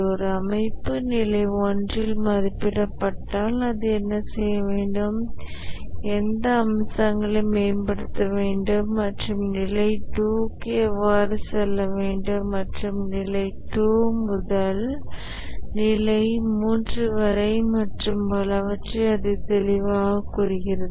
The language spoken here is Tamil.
ஒரு அமைப்பு நிலை 1 இல் மதிப்பிடப்பட்டால் அது என்ன செய்ய வேண்டும் எந்த அம்சங்களை மேம்படுத்த வேண்டும் மற்றும் நிலை 2 க்கு எவ்வாறு செல்ல வேண்டும் மற்றும் நிலை 2 முதல் நிலை 3 வரை மற்றும் பலவற்றை அது தெளிவாகக் கூறுகிறது